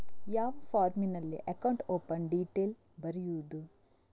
ಯಾವ ಫಾರ್ಮಿನಲ್ಲಿ account open detail ಬರೆಯುವುದು?